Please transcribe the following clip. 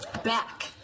back